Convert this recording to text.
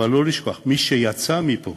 אבל לא לשכוח: מי שיצא מפה